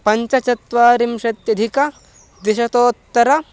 पञ्चचत्वारिंशत्यधिकद्विशतोत्तरम्